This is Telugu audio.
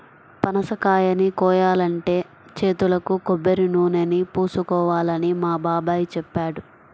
పనసకాయని కోయాలంటే చేతులకు కొబ్బరినూనెని పూసుకోవాలని మా బాబాయ్ చెప్పాడు